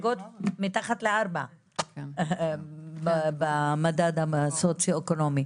מתחת ל-4 במדד הסוציו-אקונומי.